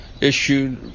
issued